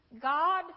God